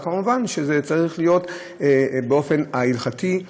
אבל מובן שזה צריך להיות באופן ההלכתי,